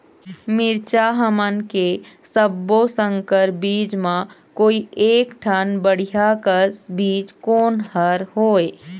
मिरचा हमन के सब्बो संकर बीज म कोई एक ठन बढ़िया कस बीज कोन हर होए?